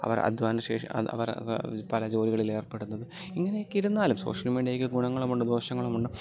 അവർ അധ്വാനശേഷി അവർ അത് പല ജോലികളിൽ ഏർപ്പെടുന്നത് ഇങ്ങനെയൊക്കെ ഇരുന്നാലും സോഷ്യൽ മീഡിയക്ക് ഗുണങ്ങളുമുണ്ട് ദോഷങ്ങളുമുണ്ട്